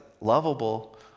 lovable